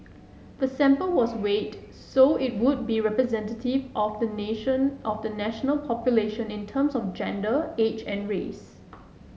the sample was weighted so it would be representative of the nation of the national population in terms of gender age and race